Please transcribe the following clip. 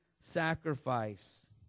sacrifice